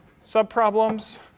subproblems